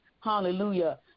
hallelujah